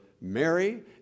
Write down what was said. Mary